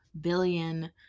billion